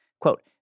Quote